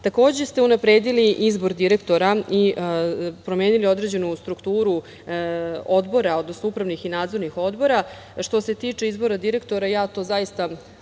savetu. Takođe ste unapredili izbor direktora i promenili određenu strukturu odbora, odnosno upravnih i nadzornih odbora. Što se tiče izbora direktora, ja to zaista